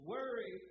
Worry